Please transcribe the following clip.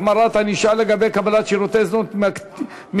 החמרת הענישה לגבי קבלת שירותי זנות מקטין),